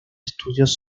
estudios